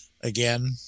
Again